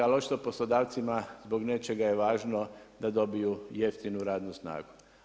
Ali očito poslodavcima zbog nečega je važno da dobiju jeftinu radnu snagu.